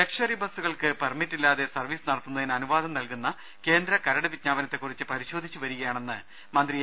luxury ബസ്സുകൾക്ക് permit ഇല്ലാതെ service നടത്തുന്നതിന് അനുവാദം നൽകുന്ന കേന്ദ്രകരട് വിജ്ഞാപനത്തെക്കുറിച്ച് പരിശോധിച്ചു വരികയാണെന്ന് മന്ത്രി എ